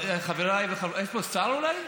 חבריי, יש פה שר אולי?